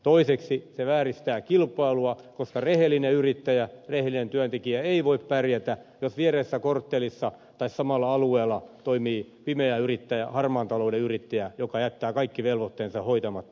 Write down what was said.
toiseksi se vääristää kilpailua koska rehellinen yrittäjä rehellinen työntekijä ei voi pärjätä jos viereisessä korttelissa tai samalla alueella toimii pimeä yrittäjä harmaan talouden yrittäjä joka jättää kaikki velvoitteensa hoitamatta